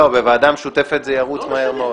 לא, בוועדה משותפת זה ירוץ מהר מאוד.